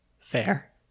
Fair